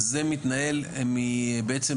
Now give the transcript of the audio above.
זה מתנהל בעצם,